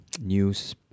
news